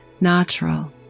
natural